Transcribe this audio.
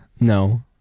No